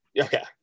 Okay